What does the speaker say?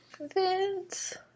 Vince